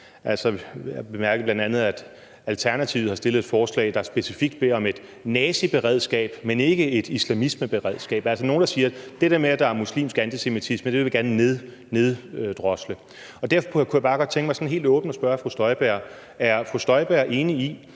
Jeg bemærkede bl.a., at Alternativet har fremsat et forslag, der specifikt beder om et naziberedskab, men ikke et islamismeberedskab. Der er altså nogle, der siger, at det der med, at der er muslimsk antisemitisme, vil vi gerne neddrosle. Derfor kunne jeg bare godt tænke mig sådan helt åbent at spørge fru Inger Støjberg: Er fru Inger Støjberg enig i,